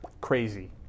crazy